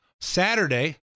Saturday